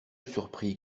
surprit